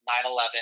9-11